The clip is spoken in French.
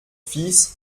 fils